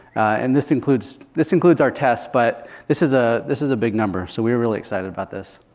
and this includes this includes our tests. but this is ah this is a big number, so we were really excited about this.